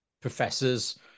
professors